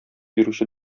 бирүче